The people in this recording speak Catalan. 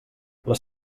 les